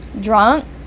Drunk